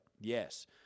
yes